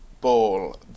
ball